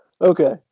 Okay